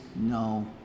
no